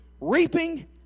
reaping